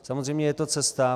Samozřejmě je to cesta.